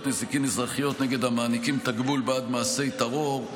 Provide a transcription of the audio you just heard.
נזיקין אזרחיות נגד המעניקים תגמול בעד מעשי טרור,